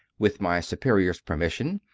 with my superior s permission,